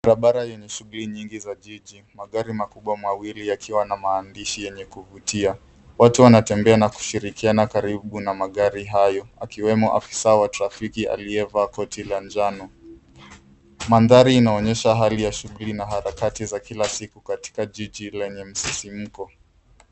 Barabara yenye shughuli nyingi za jiji magari makubwa mawili yakiwa na maandishi yenye kuvutia watu wanatembea na kushirikiana karibu na magari hayo akiwemo afisa wa trafiki aliyevaa koti la njano. Mandhari inaonyesha hali ya shughuli na harakati za kila siku katika jiji lenye msisimko.